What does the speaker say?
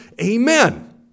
Amen